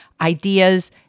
ideas